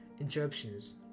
interruptions